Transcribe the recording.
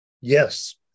yes